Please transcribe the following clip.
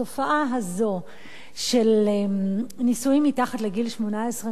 התופעה הזאת של נישואים מתחת לגיל שמונָה-עשרה